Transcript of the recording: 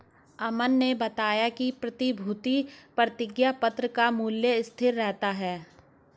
अमन ने बताया कि प्रतिभूति प्रतिज्ञापत्र का मूल्य स्थिर रहता है